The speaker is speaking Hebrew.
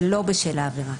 שלא בשל העבירה,